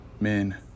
Men